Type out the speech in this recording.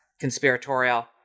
conspiratorial